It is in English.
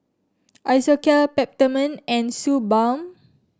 Isocal Peptamen and Suu Balm